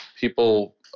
people